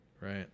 Right